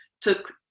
took